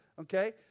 Okay